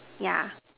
yeah